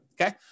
okay